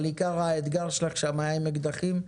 אבל עיקר האתגר שלך היה עם אקדחים,